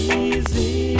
easy